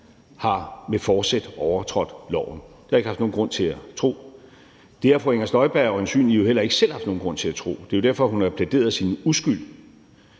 med forsæt har overtrådt loven. Det har jeg ikke haft nogen grund til at tro. Det har fru Inger Støjberg øjensynligt heller ikke selv haft nogen grund til at tro; det er jo derfor, hun har plæderet sin uskyld.